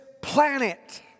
planet